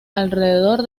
alrededor